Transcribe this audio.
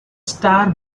star